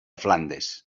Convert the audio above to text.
flandes